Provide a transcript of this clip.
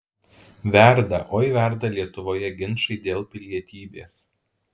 verda oi verda lietuvoje ginčai dėl pilietybės